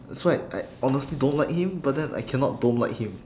so I I honestly don't like him but then I cannot don't like him